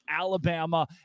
Alabama